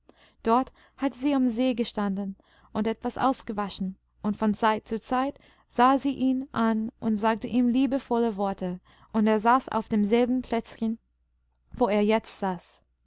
dort hatte sie am see gestanden und etwas ausgewaschen und von zeit zu zeit sah sie ihn an und sagte ihm liebevolle worte und er saß auf demselben plätzchen wo er jetzt saß